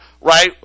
right